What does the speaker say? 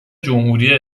جمهوری